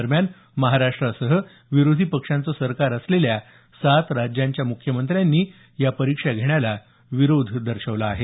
दरम्यान महाराष्ट्रासह विरोधी पक्षाचं सरकार असलेल्या सात राज्यांच्या मुख्यमंत्र्यांनी या परीक्षा घेण्याला विरोध दर्शवला आहे